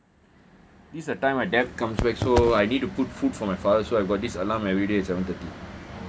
this is the time my dad comes back so I need to put food for my father so I got this alarm everyday seven thirty